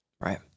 Right